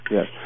Yes